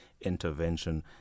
Intervention